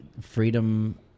freedom